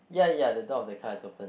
ya ya the door of the car is open